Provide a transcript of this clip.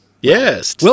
Yes